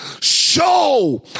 Show